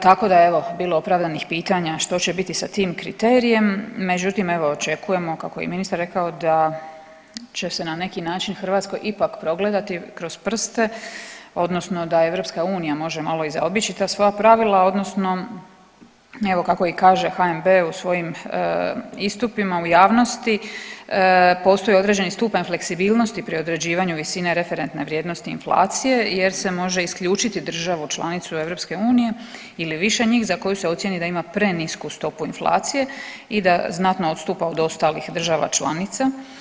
Tako da je evo bilo opravdanih pitanja što će biti sa tim kriterijem, međutim evo očekujemo kako je i ministar rekao da će se na neki način Hrvatskoj ipak progledati kroz prste odnosno da EU može malo i zaobići ta svoja pravila odnosno evo kako i kaže HNB u svojim istupima u javnosti postoji određeni stupanj fleksibilnosti pri određivanju visine referentne vrijednosti inflacije jer se može isključiti državu članicu EU ili više njih za koje se ocijeni da ima prenisku stopu inflacije i da znatno odstupa od ostalih država članica.